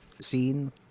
scene